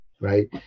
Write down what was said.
right